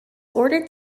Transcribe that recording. ordered